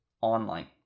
online